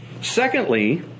Secondly